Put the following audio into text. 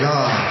God